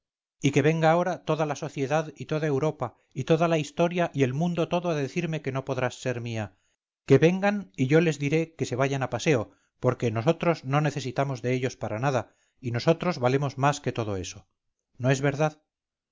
y que venga ahora toda la sociedad y toda europa y toda la historia y el mundo todo a decirme que no podrás ser mía que vengan y yo les diré que se vayan a paseo porque nosotros no necesitamos de ellos para nada y nosotros valemos más que todo eso no es verdad